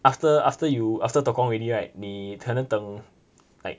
after after you after tekong already right 你才能等 like